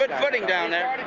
but footing down there.